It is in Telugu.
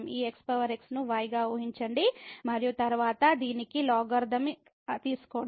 ఈ xx ను y గా ఊహించండి మరియు తరువాత దీనికి లోగరిథమ్ తీసుకోండి